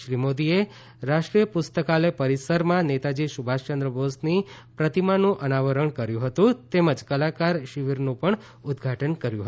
શ્રી મોદીએ રાષ્ટ્રીય પુસ્તકાલય પરિસરમાં નેતાજી સુભાષચંદ્ર બોઝની પ્રતિમાનું અનાવરણ કર્યું હતું તેમજ કલાકાર શિબિરનું પણ ઉદઘાટન કર્યું હતું